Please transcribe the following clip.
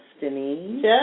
destiny